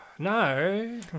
No